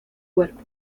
cuerpo